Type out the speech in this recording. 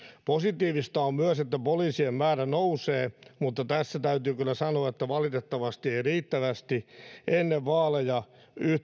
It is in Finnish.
positiivista on myös että poliisien määrä nousee mutta tässä täytyy kyllä sanoa että valitettavasti ei riittävästi ennen vaaleja